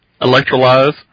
Electrolyze